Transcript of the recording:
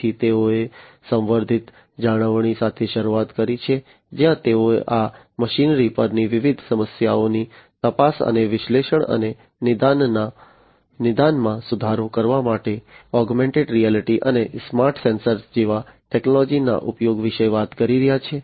તેથી તેઓએ સંવર્ધિત જાળવણી સાથે શરૂઆત કરી છે જ્યાં તેઓ આ મશીનરી પરની વિવિધ સમસ્યાઓની તપાસ અને વિશ્લેષણ અને નિદાનમાં સુધારો કરવા માટે ઓગમેન્ટેડ રિયાલિટી અને સ્માર્ટ સેન્સર્સ જેવા ટેકનોલોજીના ઉપયોગ વિશે વાત કરી રહ્યા છે